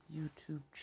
YouTube